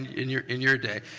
in your in your day.